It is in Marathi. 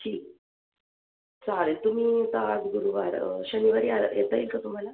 ठीक चालेल तुम्ही आता आज गुरुवार शनिवारी आलात येता येईल का तुम्हाला